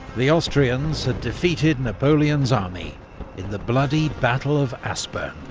the austrians had defeated napoleon's army in the bloody battle of aspern.